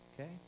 Okay